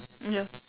ya